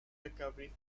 recovery